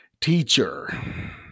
teacher